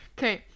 Okay